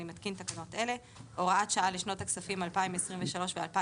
אני מתקין תקנות אלה: הוראת שעה לשנות הכספים 2023 ו-2024